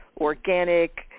organic